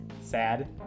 sad